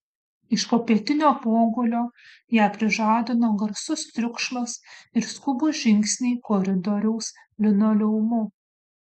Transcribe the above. iš popietinio pogulio ją prižadino garsus triukšmas ir skubūs žingsniai koridoriaus linoleumu